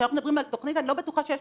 וכשאנחנו מדברים על תכנית אני לא בטוחה שיש